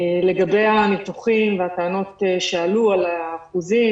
לגבי הניתוחים והטענות שעלו על האחוזים